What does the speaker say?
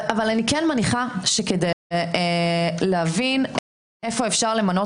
אבל אני כן מניחה שכדי להבין איפה אפשר למנות